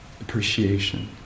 appreciation